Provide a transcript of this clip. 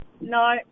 no